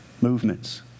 movements